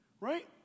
Right